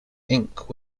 ink